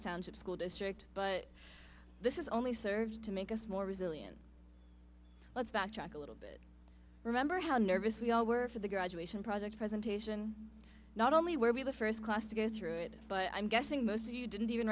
sounds of school district but this is only serves to make us more resilient let's backtrack a little bit remember how nervous we all were for the graduation project presentation not only were we the first class to go through it but i'm guessing most of you didn't even